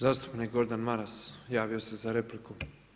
Zastupnik Gordan Maras javio se za repliku.